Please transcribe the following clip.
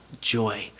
joy